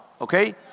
okay